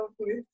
please